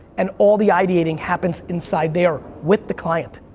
and all the ideating happens inside there, with the client.